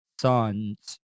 sons